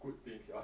good thing sia